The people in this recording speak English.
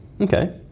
Okay